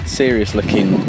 serious-looking